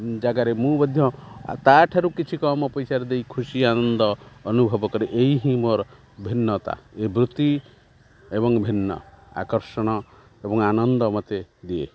ଜାଗାରେ ମୁଁ ମଧ୍ୟ ତାଠାରୁ କିଛି କମ୍ ପଇସାରେ ଦେଇ ଖୁସି ଆନନ୍ଦ ଅନୁଭବ କରେ ଏହି ହିଁ ମୋର ଭିନ୍ନତା ଏ ବୃତ୍ତି ଏବଂ ଭିନ୍ନ ଆକର୍ଷଣ ଏବଂ ଆନନ୍ଦ ମୋତେ ଦିଏ